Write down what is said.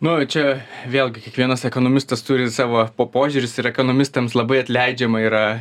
nu čia vėlgi kiekvienas ekonomistas turi savo po požiūrius ir ekonomistams labai atleidžiama yra